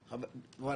הוא בהראל,